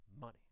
money